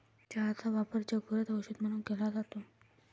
चहाचा वापर जगभरात औषध म्हणून केला जातो